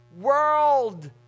world